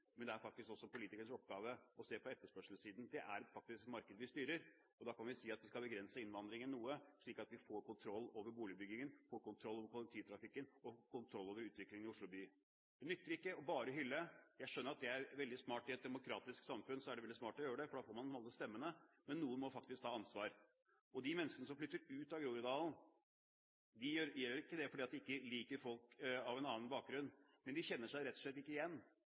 men det er også politikernes oppgave å se på etterspørselssiden. Det er et marked vi styrer. Da kan vi si at vi skal begrense innvandringen noe, slik at vi får kontroll over boligbyggingen, kontroll over kollektivtrafikken og kontroll over utviklingen i Oslo by. Det nytter ikke bare å hylle. Jeg skjønner at det er veldig smart – i et demokratisk samfunn er det veldig smart å gjøre det, for da får man alle stemmene. Men noen må faktisk ta ansvar. De menneskene som flytter ut av Groruddalen, gjør det ikke fordi de ikke liker folk med en annen bakgrunn, men de kjenner seg rett og slett ikke igjen.